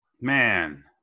Man